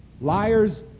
Liars